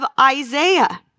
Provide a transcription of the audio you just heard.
Isaiah